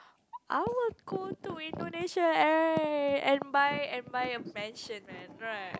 I will go to Indonesia !eh! and buy and buy a mansion man right